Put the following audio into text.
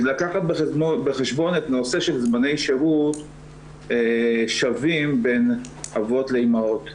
לקחת בחשבון את הנושא של זמני שהות שווים בין אבות לאימהות.